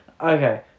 Okay